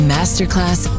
Masterclass